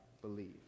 believe